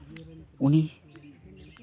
ᱩᱱᱤ